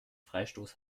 freistoß